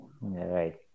right